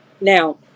Now